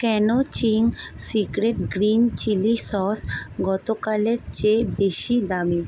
কেন Ching secret green chilli sauce গতকালের চেয়ে বেশি দামি